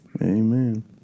Amen